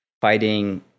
Fighting